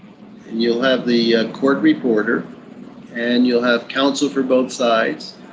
you'll have the court reporter and you'll have counsel for both sides.